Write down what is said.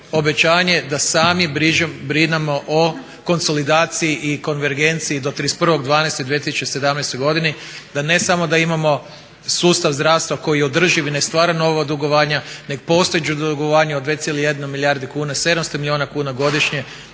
obećanje da sami brinemo o konsolidaciji i konvergenciji do 31.12.2017.godine, da ne samo da imamo sustav zdravstva koji je održi i ne stvara nova dugovanja, nego postojeća dugovanja od 2,1 milijardi kuna, 700 milijuna kuna godišnje